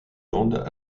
landes